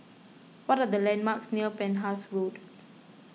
what are the landmarks near Penhas Road